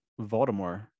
Voldemort